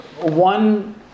one